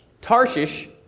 Tarshish